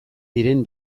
diren